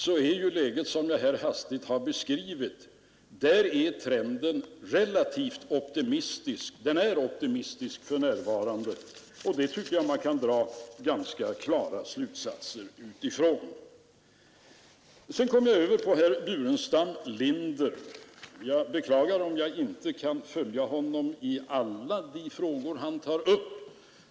Där är ju, som jag hastigt har beskrivit, trenden optimistisk för närvarande, och det tycker jag man kan dra ganska klara slutsatser utav. Sedan kommer jag över på herr Burenstam Linder. Jag beklagar om jag inte kan följa honom i alla de frågor han tar upp.